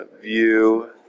View